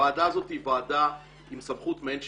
הוועדה הזו היא ועדה עם סמכות מעין שיפוטית,